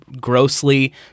grossly